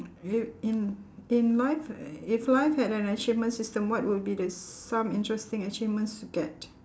you in in life if life had an achievement system what would be the some interesting achievements to get